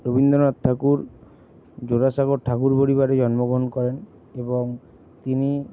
রবীন্দ্রনাথ ঠাকুর জোড়াসাঁকোর ঠাকুর পরিবারে জন্মগ্রহণ করেন এবং তিনি